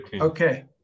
Okay